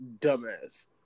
dumbass